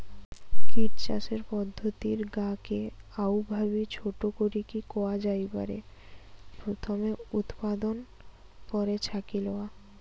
kit চাষের পদ্ধতির গা কে অউভাবি ছোট করিকি কয়া জাই পারে, প্রথমে উতপাদন, পরে ছাকি লয়া